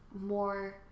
more